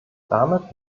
damit